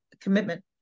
commitment